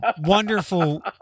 wonderful